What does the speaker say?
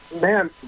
man